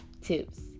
tips